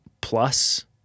plus